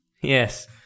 yes